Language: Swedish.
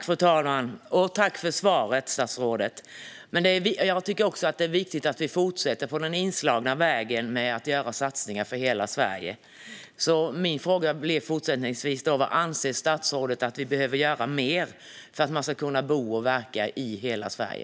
Fru talman! Tack för svaret, statsrådet! Jag tycker också att det är viktigt att vi fortsätter på den inslagna vägen när det handlar om att göra satsningar för hela Sverige. Min fråga blir därför: Vad anser statsrådet att vi behöver göra mer för att man ska kunna bo och verka i hela Sverige?